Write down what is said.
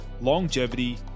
longevity